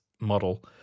model